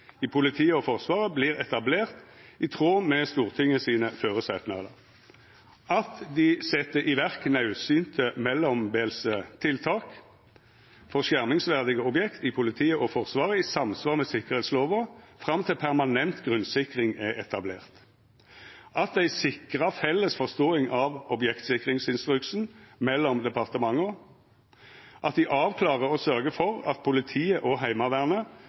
i politiet og Forsvaret blir etablert i tråd med Stortingets forutsetninger. Iverksetter nødvendige midlertidige tiltak for skjermingsverdige objekter i politiet og Forsvaret i samsvar med sikkerhetsloven, fram til permanent grunnsikring er etablert. Sikrer felles forståelse av objektsikringsinstruksen mellom departementene. Avklarer og sørger for at politiet og Heimevernet